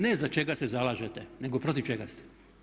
Ne za čega se zalažete nego protiv čega ste.